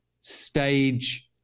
stage